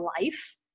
life